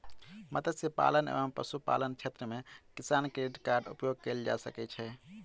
मत्स्य पालन एवं पशुपालन क्षेत्र मे किसान क्रेडिट कार्ड उपयोग कयल जा सकै छै